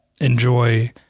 enjoy